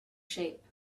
shape